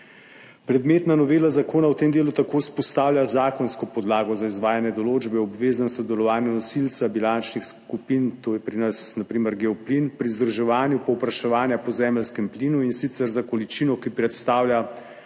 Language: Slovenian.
Predmetna novela zakona v tem delu tako vzpostavlja zakonsko podlago za izvajanje določbe o obveznem sodelovanju nosilca bilančnih skupin – to je pri nas na primer Geoplin –, pri združevanju povpraševanja po zemeljskem plinu, in sicer za količino, ki predstavlja